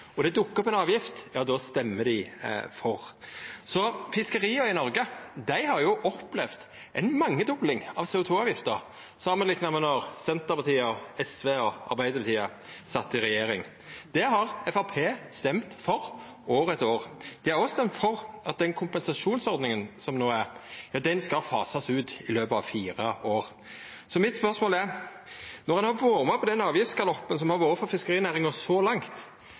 og det dukkar opp ei avgift, ja, då røystar dei for. Fiskeria i Noreg har jo opplevd ei mangedobling av CO 2 -avgifta samanlikna med då Senterpartiet, SV og Arbeidarpartiet sat i regjering. Det har Framstegspartiet røysta for år etter år. Dei har òg røysta for at den kompensasjonsordninga som no er, skal fasast ut i løpet av fire år. Mitt spørsmål er: Når ein har vore med på den avgiftsgaloppen som har vore for fiskerinæringa så langt,